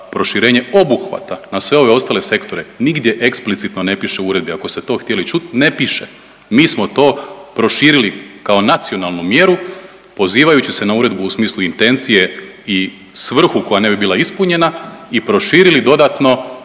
proširenje obuhvata na sve ove ostale sektore nigdje eksplicitno ne piše u uredbi. Ako ste to htjeli čuti ne piše. Mi smo to proširili kao nacionalnu mjeru pozivajući se na uredbu u smislu intencije i svrhu koja ne bi bila ispunjena i proširili dodatno